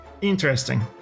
Interesting